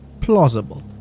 plausible